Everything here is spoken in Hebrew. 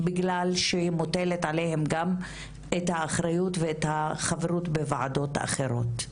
בגלל שמוטלת עליהן גם את האחריות ואת החברות בוועדות אחרות.